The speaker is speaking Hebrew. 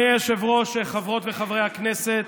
אדוני היושב-ראש, חברות וחברי הכנסת,